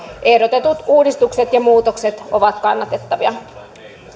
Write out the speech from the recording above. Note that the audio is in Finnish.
ehdotetut uudistukset ja muutokset ovat kannatettavia